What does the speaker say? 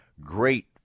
great